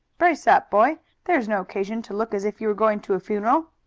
brace up, boy! there is no occasion to look as if you were going to a funeral.